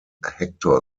hector